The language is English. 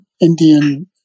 Indian